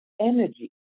energy